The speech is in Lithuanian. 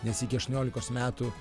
nes iki aštuoniolikos metų